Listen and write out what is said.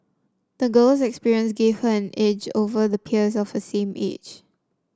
the girl's experiences gave her an edge over her peers of the same age